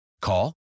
Call